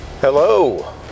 Hello